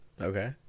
Okay